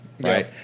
Right